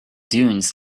dunes